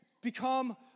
become